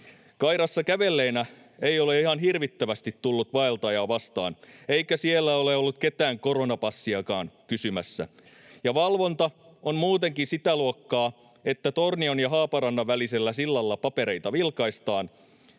Kairassa kävelleelle ei ole ihan hirvittävästi tullut vaeltajia vastaan, eikä siellä ole ollut ketään koronapassiakaan kysymässä. Valvonta on muutenkin sitä luokkaa, että Tornion ja Haaparannan välisellä sillalla papereita vilkaistaan,